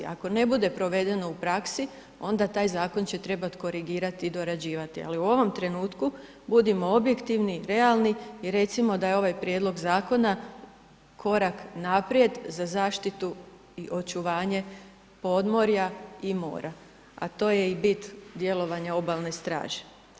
Ako ne bude provedeno u praksi onda taj zakon će trebati korigirati i dorađivati, ali u ovom trenutku budimo objektivni i realni i recimo da je ovaj prijedlog zakona korak naprijed za zaštitu i očuvanje podmorja i mora, a to je i bit djelovanja obalne straže.